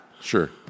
Sure